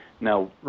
Now